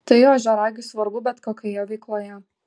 tai ožiaragiui svarbu bet kokioje veikloje